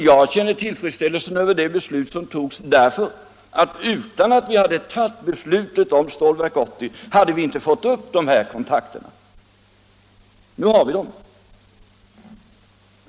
Jag känner tillfredsställelse över det beslut som riksdagen tog därför att utan detta beslut om Stålverk 80 hade vi inte fått de här kontakterna.